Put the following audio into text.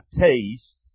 tastes